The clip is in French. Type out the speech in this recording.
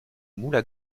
moules